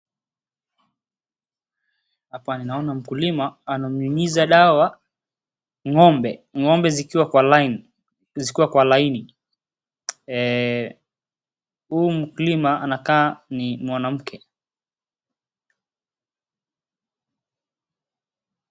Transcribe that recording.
Hapa ni naona mkulima ananyunyiza dawa ng'ombe. Ng'ombe zikiwa kwa line , zikiwa kwa laini. Eeeh, huyu mkulima anakaa ni mwanamke.